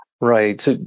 Right